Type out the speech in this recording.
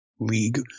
league